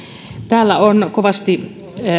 täällä on kovasti